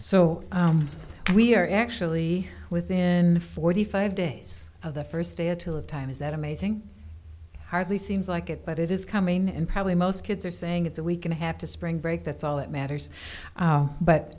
so we are actually within forty five days of the first day or two of time is that amazing hardly seems like it but it is coming and probably most kids are saying it's a week and a half to spring break that's all that matters